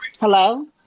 Hello